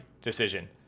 decision